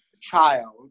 child